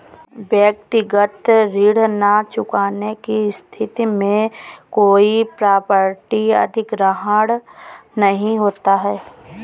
व्यक्तिगत ऋण न चुकाने की स्थिति में कोई प्रॉपर्टी अधिग्रहण नहीं होता